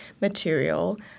material